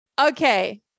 Okay